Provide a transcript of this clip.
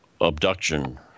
abduction